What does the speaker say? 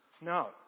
no